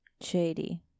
Shady